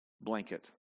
blanket